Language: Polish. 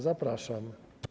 Zapraszam.